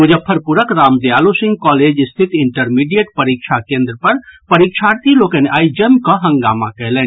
मुजफ्फरपुरक रामदयालु सिंह कॉलेज स्थित इंटरमीडिएट परीक्षा केन्द्र पर परीक्षार्थी लोकनि आइ जमि कऽ हंगामा कयलनि